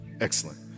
excellent